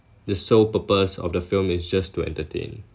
the sole purpose of the film is just to entertain